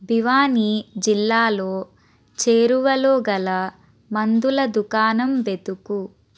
భివానీ జిల్లాలో చేరువలోగల మందుల దుకాణం వెతుకు